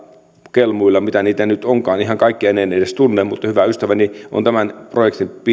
kelmuilla mitä niitä nyt onkaan ihan kaikkea en edes tunne mutta hyvä ystäväni tämän projektin